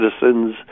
citizens